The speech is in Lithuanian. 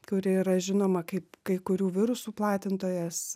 kuri yra žinoma kaip kai kurių virusų platintojas